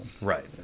right